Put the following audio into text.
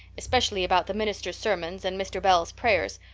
especially about the minister's sermons and mr. bell's prayers,